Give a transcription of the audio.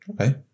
Okay